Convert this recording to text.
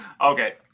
Okay